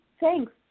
thanks